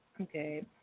Okay